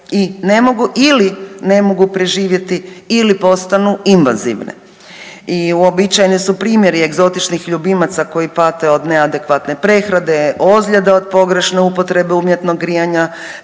i ne mogu ili ne mogu preživjeti ili postanu invanzivne. I uobičajeni su primjeri egzotičnih ljubimaca koji pate od neadekvatne prehrane, ozljede od pogrešne upotrebe umjetnog grijanja,